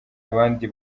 abandi